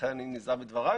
לכן אני נזהר בדבריי